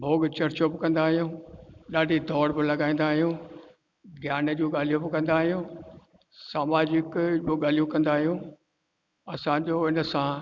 भोग चर्चो बि कंदा आहियूं ॾाढी ॾोड़ बि लॻाईंदा आहियूं ज्ञान जी ॻाल्हियूं बि कंदा आहियूं सामाजिक बि ॻाल्हियूं बि कंदा असांजो इन सां